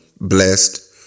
blessed